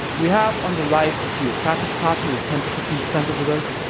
we have. on the right. a few cratic party with ten to fifteen percent of the vote.